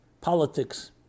politics